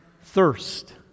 thirst